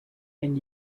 and